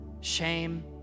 shame